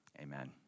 Amen